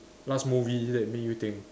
last movie is that make you think